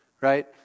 right